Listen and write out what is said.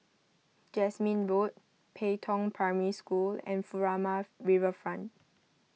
Jasmine Road Pei Tong Primary School and Furama Riverfront